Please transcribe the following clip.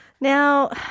Now